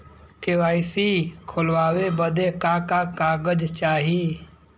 KYC खोलवावे बदे का का कागज चाही?